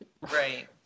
Right